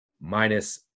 minus